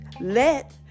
Let